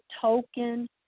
token